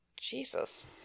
jesus